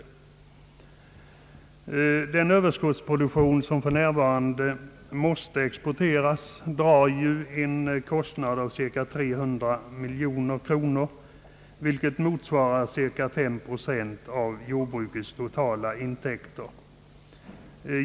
Den Ööverskottsproduktion som för närvarande måste exporteras drar ju en årlig kostnad av cirka 300 miljoner kronor, vilket motsvarar omkring 5 procent av jordbrukets totala intäkter.